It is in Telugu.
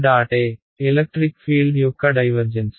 E ఎలక్ట్రిక్ ఫీల్డ్ యొక్క డైవర్జెన్స్